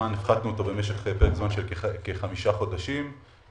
הפחתנו אותו לפרק זמן של כחמישה חודשים,